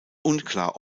unklar